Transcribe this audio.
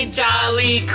jolly